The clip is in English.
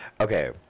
Okay